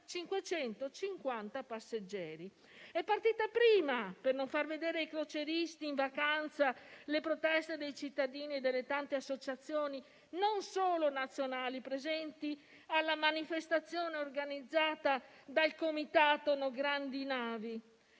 2.550 passeggeri. È partita prima per non far vedere ai crocieristi in vacanza le proteste dei cittadini e delle tante associazioni, non solo nazionali, presenti alla manifestazione, organizzata dal Comitato No grandi navi,